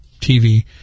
TV